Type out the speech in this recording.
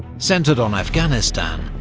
centred on afghanistan,